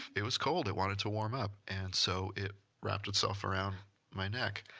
it was cold, it wanted to warm up, and so it wrapped itself around my neck.